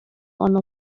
one